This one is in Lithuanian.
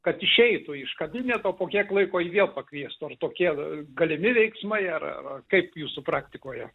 kad išeitų iš kabineto po kiek laiko jį vėl pakviestų ar tokie galimi veiksmai ar ar kaip jūsų praktikoje